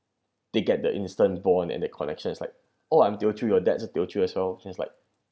they get the instant bond and the connection is like oh I'm teochew your dad is teochew as well since like